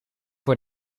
voor